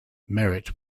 merritt